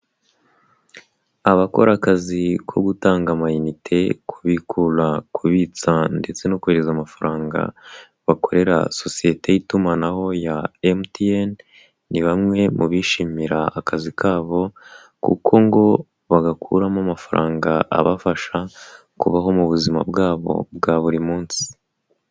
Abakora akazi ko gutanga amayinite, kubikura, kubitsa ndetse no kohereza amafaranga, bakorera sosiyete y'itumanaho ya Emutiyeni, ni bamwe mu bishimira akazi kabo kuko ngo bagakuramo amafaranga abafasha kubaho mu buzima bwabo bwa buri munsi.